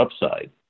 upside